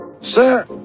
sir